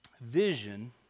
vision